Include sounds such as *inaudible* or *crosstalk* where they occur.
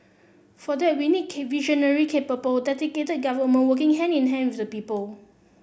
for that we need *unintelligible* visionary capable dedicated government working hand in hand with the people